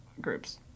groups